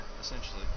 essentially